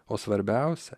o svarbiausia